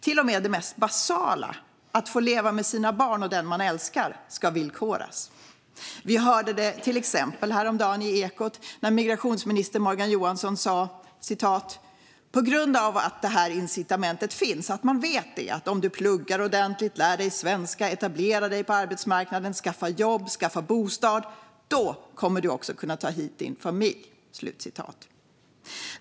Till och med det mest basala, att få leva med sina barn och den man älskar, ska villkoras. Det hörde vi till exempel häromdagen i Ekot när migrationsminister Morgan Johansson sa: På grund av att det här incitamentet finns, att du vet att om du pluggar ordentligt, lär dig svenska, etablerar dig på arbetsmarknaden, skaffar jobb, skaffar bostad, då kommer du också kunna ta hit din familj.